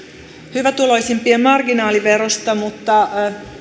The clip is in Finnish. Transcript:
hyvätuloisimpien marginaaliverosta mutta